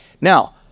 Now